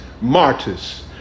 martyrs